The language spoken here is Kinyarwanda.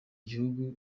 igihugu